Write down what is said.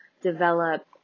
develop